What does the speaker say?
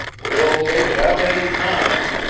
we'll take it out any time,